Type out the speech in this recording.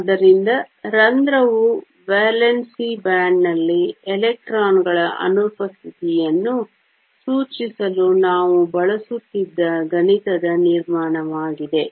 ಆದ್ದರಿಂದ ರಂಧ್ರವು ವೇಲೆನ್ಸಿ ಬ್ಯಾಂಡ್ನಲ್ಲಿ ಎಲೆಕ್ಟ್ರಾನ್ ಗಳ ಅನುಪಸ್ಥಿತಿಯನ್ನು ಸೂಚಿಸಲು ನಾವು ಬಳಸುತ್ತಿದ್ದ ಗಣಿತದ ನಿರ್ಮಾಣವಾಗಿದೆ